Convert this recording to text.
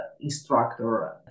instructor